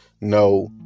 No